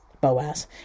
Boaz